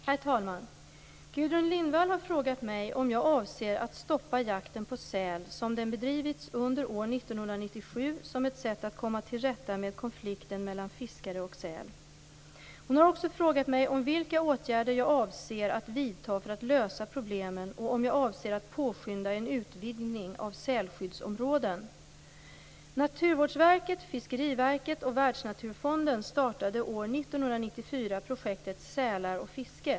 Herr talman! Gudrun Lindvall har frågat mig om jag avser att stoppa jakten på säl som den bedrivits under år 1997 som ett sätt att komma till rätta med konflikten mellan fiskare och säl. Hon har också frågat mig om vilka åtgärder jag avser att vidta för att lösa problemen och om jag avser att påskynda en utvidgning av sälskyddsområden. Naturvårdsverket, Fiskeriverket och Världsnaturfonden startade år 1994 projektet Sälar och Fiske.